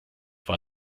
war